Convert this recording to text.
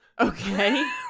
Okay